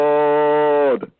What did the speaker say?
Lord